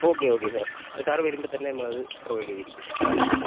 okay okay sir sir വരുമ്പോൾ തന്നെ നമ്മളത് പ്രോവൈഡ് ചെയ്തിരിക്കും സാറിന് വേണ്ടിയിട്ട്